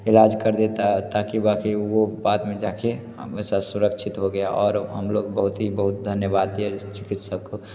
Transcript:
इलाज कर देता ताकि बाक़ि वो बाद में जा के वैसा सुरक्षित हो गया और हम लोग बहुत ही बहुत धन्यवाद दिया चिकित्सक को